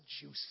juicy